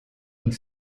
und